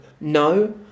no